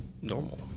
normal